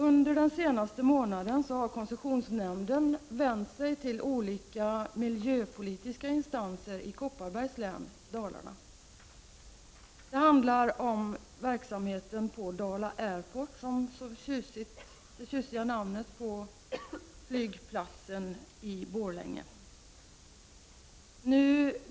Under den senaste månaden har koncessionsnämnden vänt sig till olika miljöpolitiska instanser i Kopparbergs län i Dalarna. Det handlar om verksamheten på Dala Airport, som är det tjusiga namnet på flygplatsen i Borlänge.